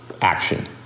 action